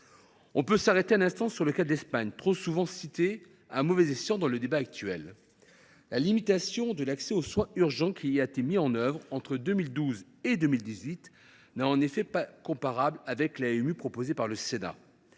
Je m’arrêterai un instant sur le cas de l’Espagne, trop souvent cité à mauvais escient dans le débat actuel. La limitation de l’accès aux soins urgents qui y a été mise en œuvre entre 2012 et 2018 n’est en effet pas comparable avec l’AMU proposée par le Sénat.